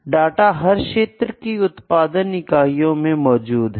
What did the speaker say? data हर क्षेत्र की उत्पादन इकाइयों में मौजूद है